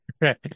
Right